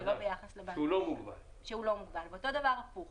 גם לבנק, כמו שאדוני